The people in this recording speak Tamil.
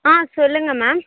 ஆ சொல்லுங்கள் மேம்